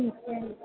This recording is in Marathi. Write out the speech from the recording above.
ठीक आहे